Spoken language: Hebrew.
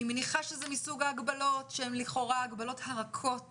אני מניחה שזה מסוג ההגבלות שהן לכאורה ההגבלות הרכות